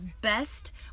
best